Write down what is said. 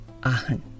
ahun